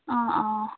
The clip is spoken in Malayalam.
ആ ആ